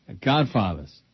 Godfathers